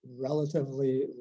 relatively